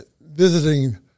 visiting